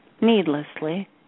needlessly